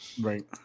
Right